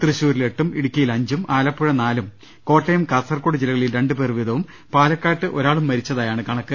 തൃശൂരിൽ എട്ടും ഇടുക്കിയിൽ അഞ്ചും ആലപ്പുഴ നാലും കോട്ടയം കാസർകോട് ജില്ലകളിൽ രണ്ടുപേർ വീതവും പാലക്കാട്ട് ഒരാളും മരിച്ചതായാണ് കണക്ക്